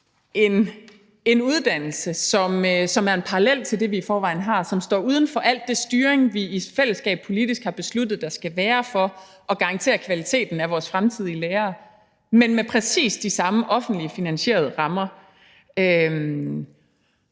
en uddannelse, som er en parallel til det, vi i forvejen har, og som står uden for al den styring, vi i fællesskab politisk har besluttet der skal være for at garantere kvaliteten af vores fremtidige lærere, men med præcis de samme offentligt finansierede rammer.